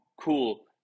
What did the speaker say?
cool